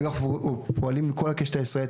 אנחנו פועלים עם כל הקשת הישראלית,